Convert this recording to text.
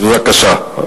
מה את עושה פה?